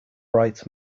bright